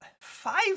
five